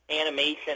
animation